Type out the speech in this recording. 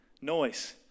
Noise